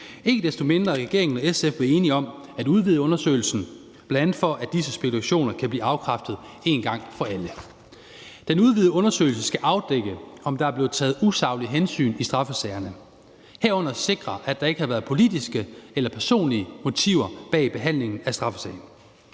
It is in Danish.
Ikke desto mindre er regeringen og SF blevet enige om at udvide undersøgelsen, bl.a. for at disse spekulationer kan blive afkræftet en gang for alle. Den udvidede undersøgelse skal afdække, om der er blevet taget usaglige hensyn i straffesagerne, herunder sikre, at der ikke har været politiske eller personlige motiver bag behandlingen af straffesagen.